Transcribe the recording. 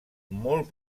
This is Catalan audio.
molt